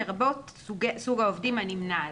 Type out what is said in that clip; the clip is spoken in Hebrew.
לרבות סוג העובדים הנמנה עליו.